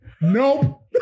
Nope